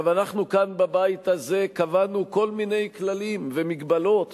אנחנו כאן בבית הזה קבענו כל מיני כללים ומגבלות